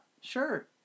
Sure